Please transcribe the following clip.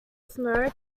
snow